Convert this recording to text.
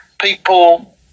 people